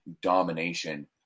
domination